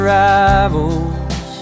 rivals